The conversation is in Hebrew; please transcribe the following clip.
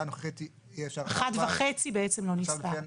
אחד ו-55 מטר בעצם לא נספר.